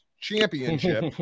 Championship